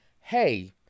hey